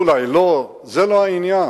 אולי לא, זה לא העניין.